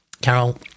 carol